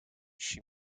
she